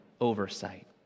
oversight